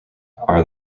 are